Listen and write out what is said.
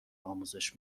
آموزش